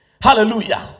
hallelujah